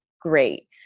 great